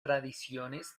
tradiciones